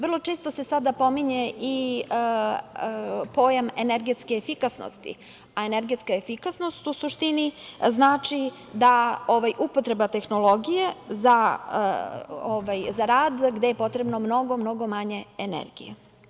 Vrlo često se sada pominje i pojam energetske efikasnosti, a energetska efikasnost u suštini znači upotrebu tehnologije za rad, gde je potrebno mnogo, mnogo manje energije.